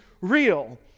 real